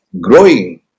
growing